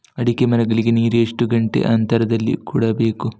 ಅಡಿಕೆ ಮರಗಳಿಗೆ ನೀರು ಎಷ್ಟು ಗಂಟೆಯ ಅಂತರದಲಿ ಕೊಡಬೇಕು?